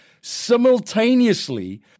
simultaneously